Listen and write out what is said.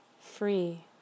Free